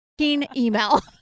Email